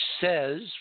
says